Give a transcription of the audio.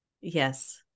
yes